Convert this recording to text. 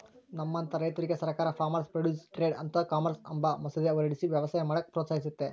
ನಮ್ಮಂತ ರೈತುರ್ಗೆ ಸರ್ಕಾರ farmers produce trade and commerce ಅಂಬ ಮಸೂದೆ ಹೊರಡಿಸಿ ವ್ಯವಸಾಯ ಮಾಡಾಕ ಪ್ರೋತ್ಸಹಿಸ್ತತೆ